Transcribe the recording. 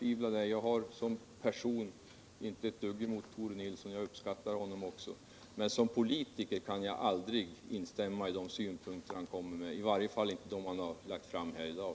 Jag har inte ett dugg emot Tore Nilsson som person: jag uppskattar honom också. Men de synpunkter han kommer med som politiker kan jag aldrig instämma i, 1 varje fall inte de han har lagt fram här i dag.